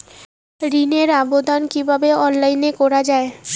ঋনের আবেদন কিভাবে অনলাইনে করা যায়?